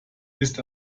ist